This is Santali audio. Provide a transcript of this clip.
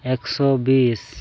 ᱮᱠᱥᱚ ᱵᱤᱥ